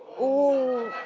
ooh,